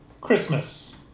Christmas